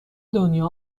دنیا